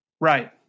Right